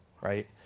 right